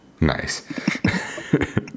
Nice